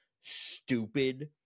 stupid